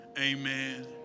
amen